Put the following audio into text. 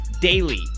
daily